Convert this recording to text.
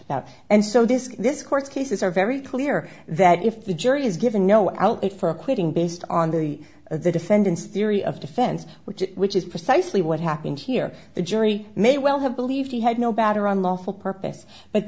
about and so this this court cases are very clear that if the jury is given no outlet for acquitting based on the of the defendant's theory of defense which is which is precisely what happened here the jury may well have believed he had no battery unlawful purpose but